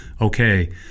okay